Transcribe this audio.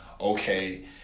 okay